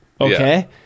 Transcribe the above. okay